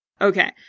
Okay